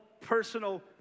personal